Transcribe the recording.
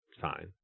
fine